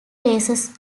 races